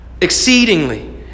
exceedingly